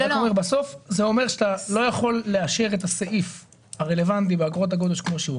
בסוף זה אומר שאתה יכול לאשר את הסעיף הרלוונטי באגרות הגודש כמו שהוא,